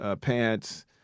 pants